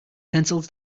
pencils